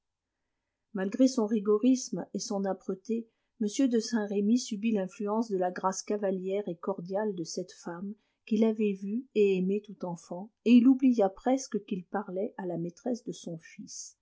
malgré son rigorisme et son âpreté m de saint-remy subit l'influence de la grâce cavalière et cordiale de cette femme qu'il avait vue et aimée tout enfant et il oublia presque qu'il parlait à la maîtresse de son fils